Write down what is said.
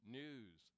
news